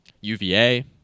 UVA